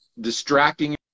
distracting